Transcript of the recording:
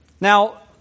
Now